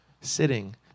sitting